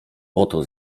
oto